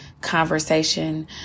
conversation